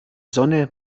sonne